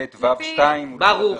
ברוך,